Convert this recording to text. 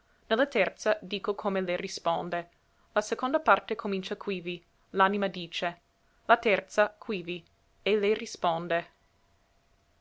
la terza dico come le risponde la seconda parte comincia quivi l'anima dice la terza quivi ei le risponde